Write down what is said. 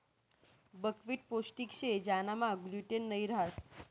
buckwheat पोष्टिक शे ज्यानामा ग्लूटेन नयी रहास